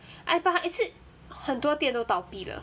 I but is it 很多店都倒闭了